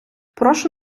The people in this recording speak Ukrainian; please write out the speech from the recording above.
прошу